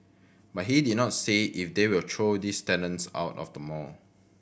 but he did not say if they will throw these tenants out of the mall